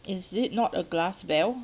is it not a glass bell